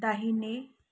दाहिने